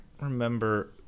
remember